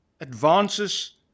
advances